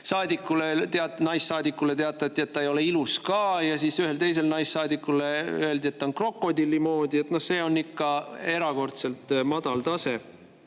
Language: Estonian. naissaadikule teatati, et ta ei ole ilus ka, ja ühele teisele naissaadikule öeldi, et ta on krokodilli moodi – no see on ikka erakordselt madal tase.